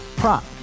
prop